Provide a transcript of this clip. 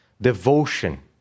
Devotion